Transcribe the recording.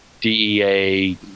DEA